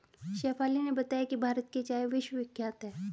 शेफाली ने बताया कि भारत की चाय विश्वविख्यात है